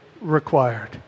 required